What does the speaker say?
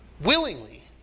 willingly